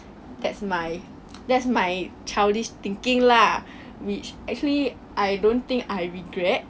that's my that's my childish thinking lah which actually I don't think I regret